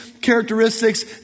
characteristics